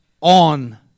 on